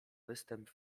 występ